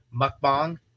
Mukbang